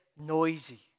noisy